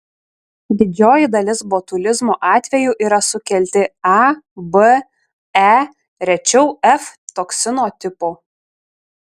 didžioji dalis botulizmo atvejų yra sukelti a b e rečiau f toksino tipų